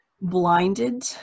blinded